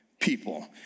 people